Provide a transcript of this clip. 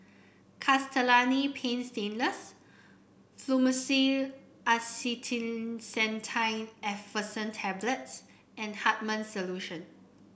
Castellani's Paint Stainless Fluimucil Acetylcysteine Effervescent Tablets and Hartman's Solution